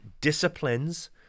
disciplines